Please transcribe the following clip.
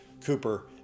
Cooper